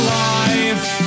life